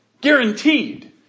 Guaranteed